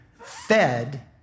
fed